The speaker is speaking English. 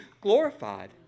glorified